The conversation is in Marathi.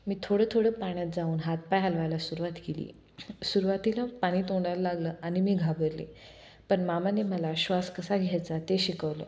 मी थोडं थोडं पाण्यात जाऊन हातपाय हालवायला सुरुवात केली सुरवातीला पाणी तोंडाला लागलं आणि मी घाबरले पण मामाने मला श्वास कसा घ्यायचा ते शिकवलं